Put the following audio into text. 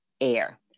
air